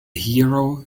hero